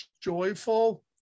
joyful